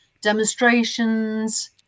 demonstrations